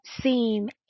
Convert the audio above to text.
seem